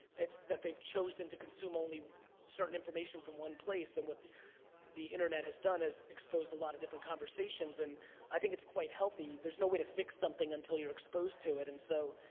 it's that they've chosen to consume only certain information from one place and what the internet has done is exposed a lot of different conversations and i think it's quite healthy. there's no way to fix something until you're exposed to it and so,